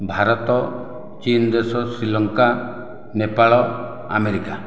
ଭାରତ ଚୀନଦେଶ ଶ୍ରୀଲଙ୍କା ନେପାଳ ଆମେରିକା